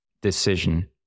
decision